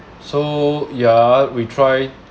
so yeah we try